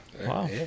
Wow